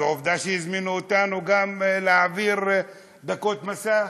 ועובדה שהזמינו גם אותנו להעביר דקות מסך,